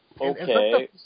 okay